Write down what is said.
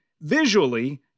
visually